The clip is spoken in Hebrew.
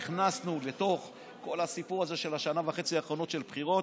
ונכנסנו לתוך כל הסיפור של השנה וחצי האחרונות של בחירות,